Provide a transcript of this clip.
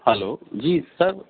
hello جی سر